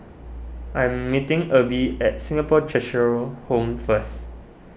I am meeting Erby at Singapore Cheshire Home first